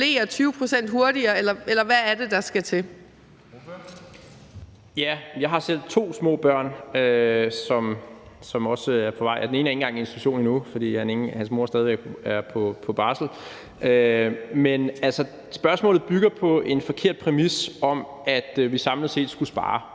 Jeg har selv to små børn, som også er på vej til det – den ene er ikke engang i institution endnu, fordi hans mor stadig væk er på barsel. Men altså, spørgsmålet bygger på en forkert præmis om, at vi samlet set skulle spare.